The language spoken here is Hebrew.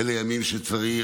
אלה ימים שצריך